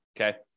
Okay